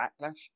backlash